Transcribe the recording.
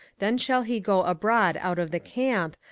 then shall he go abroad out of the camp,